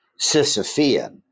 Sisyphean